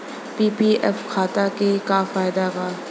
PPF खाता के का फायदा बा?